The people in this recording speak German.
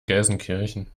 gelsenkirchen